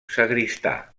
sagristà